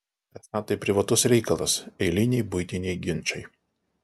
esą tai privatus reikalas eiliniai buitiniai ginčai